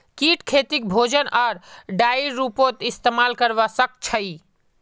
कीट खेतीक भोजन आर डाईर रूपत इस्तेमाल करवा सक्छई